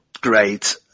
great